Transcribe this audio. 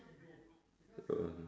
uh